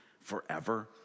forever